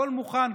הכול מוכן.